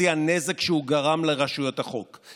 בשיא הנזק שהוא גרם לרשויות החוק,